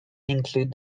include